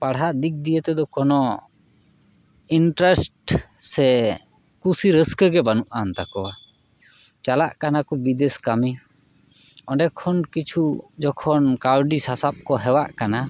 ᱯᱟᱲᱦᱟᱜ ᱫᱤᱠ ᱫᱤᱭᱮ ᱛᱮᱫᱚ ᱠᱳᱱᱳ ᱤᱱᱴᱨᱟᱥᱴ ᱥᱮ ᱠᱩᱥᱤ ᱨᱟᱹᱥᱠᱟᱹ ᱜᱮ ᱵᱟᱱᱩᱜᱼᱟᱱ ᱛᱟᱠᱚᱣᱟ ᱪᱟᱞᱟᱜ ᱠᱟᱱᱟ ᱠᱚ ᱵᱤᱫᱮᱥ ᱠᱟᱹᱢᱤ ᱚᱸᱰᱮ ᱠᱷᱚᱱ ᱠᱤᱪᱷᱩ ᱡᱚᱠᱷᱚᱱ ᱠᱟᱹᱣᱰᱤ ᱥᱟᱥᱟᱵ ᱠᱚ ᱦᱮᱣᱟᱜ ᱠᱟᱱᱟ